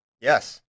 Yes